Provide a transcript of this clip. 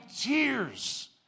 tears